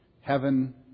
Heaven